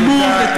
and move,